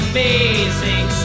Amazing